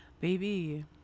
baby